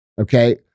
okay